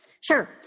Sure